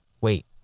Wait